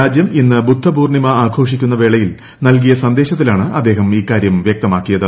രാജ്യം ഇന്ന് ബുദ്ധ പൂർണിമ ആഘോഷിക്കുന്ന വേളയിൽ നൽകിയ സന്ദേശത്തിലാണ് അദ്ദേഹം ഇക്കാര്യം വൃക്തമാക്കിയത്